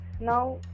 Now